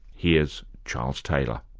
here's charles taylor.